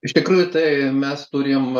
iš tikrųjų tai mes turim